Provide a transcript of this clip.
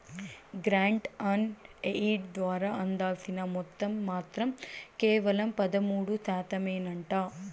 grant on aid ద్వారా అందాల్సిన మొత్తం మాత్రం కేవలం పదమూడు శాతమేనంట